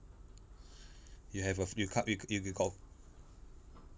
you have a you come you you got